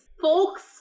Folks